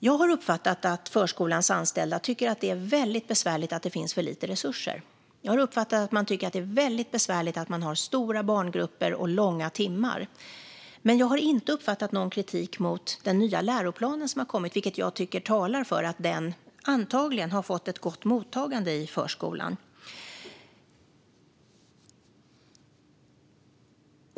Jag har uppfattat att förskolans anställda tycker att det är väldigt besvärligt att det finns för lite resurser, och jag har uppfattat att de tycker att det är väldigt besvärligt att de har stora barngrupper och många timmar. Men jag har inte uppfattat någon kritik mot den nya läroplan som har kommit, vilket jag tycker talar för att den har fått ett gott mottagande i förskolan.